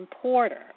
porter